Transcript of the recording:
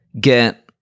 get